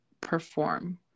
perform